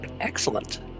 Excellent